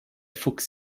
fuchs